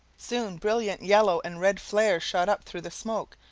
soon brilliant yellow and red flares shot up through the smoke,